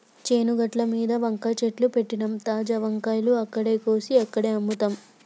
చేను గట్లమీద వంకాయ చెట్లు పెట్టినమ్, తాజా వంకాయలు అక్కడే కోసి అక్కడే అమ్ముతాం